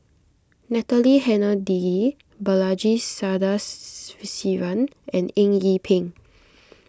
Natalie Hennedige Balaji Sadasivan and Eng Yee Peng